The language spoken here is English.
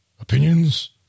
opinions